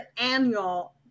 annual